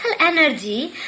energy